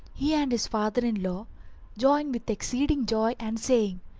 he and his father-in-law, joying with exceeding joy and saying,